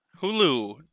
Hulu